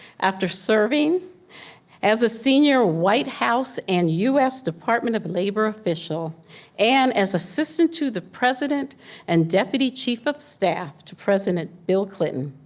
after serving as a senior white house and u s. department of labor official and as assistant to the president and deputy chief of staff to president bill clinton.